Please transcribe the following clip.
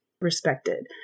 respected